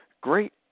great